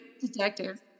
detective